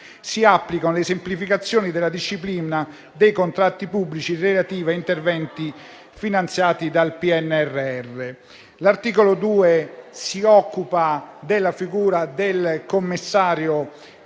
si applicano le semplificazioni della disciplina dei contratti pubblici relative a interventi finanziati dal PNRR. L'articolo 2 si occupa della figura del commissario